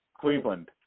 Cleveland